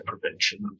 prevention